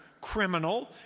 criminal